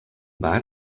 bar